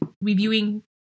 reviewing